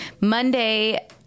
Monday